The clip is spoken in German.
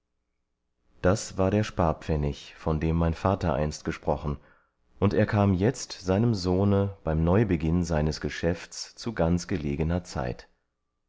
das war der sparpfennig von dem mein vater einst gesprochen und er kam jetzt seinem sohne beim neubeginn seines geschäfts zu ganz gelegener zeit